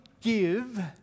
give